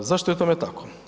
Zašto je tome tako?